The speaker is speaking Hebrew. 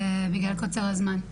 בגלל קוצר הזמן.